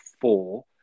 four